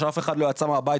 כשאף אחד לא יצא מהבית,